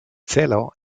celo